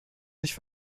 nicht